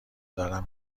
دارم